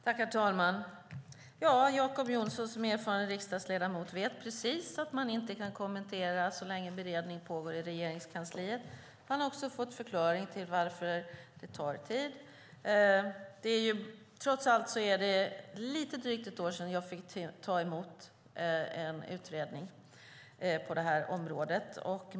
Herr talman! Jacob Johnson vet som erfaren riksdagsledamot att man inte kan ge kommentarer så länge beredning pågår i Regeringskansliet. Han har också fått förklaringen till att det tar tid. Trots allt är det lite drygt ett år sedan jag fick ta emot en utredning på det här området.